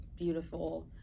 beautiful